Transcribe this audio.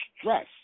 stress